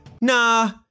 Nah